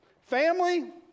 family